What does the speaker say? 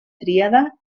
tríada